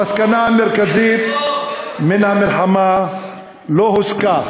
המסקנה המרכזית מן המלחמה לא הוסקה